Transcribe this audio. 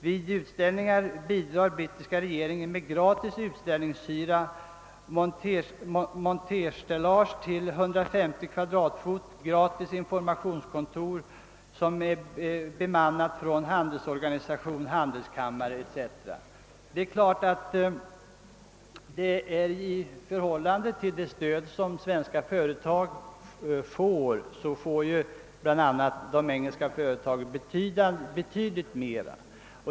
Vid utställningar bidrar brittiska regeringen med gratis utställningshyra, monterstellage till 150 kvadratfot, gratis informationskontor som är bemannat från handelsorganisation, handelskammare etc. Det är klart att i förhållande till det stöd som ges svenska företag får bl.a. de engelska företagen betydligt mera.